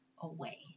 away